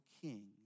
king